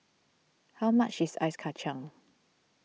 how much is Ice Kacang